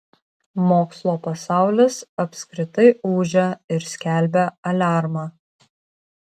mokslo pasaulis apskritai ūžia ir skelbia aliarmą